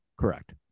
Correct